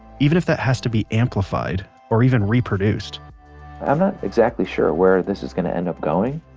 even if that has to be amplified or even reproduced i'm not exactly sure where this is gonna end up going,